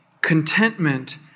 Contentment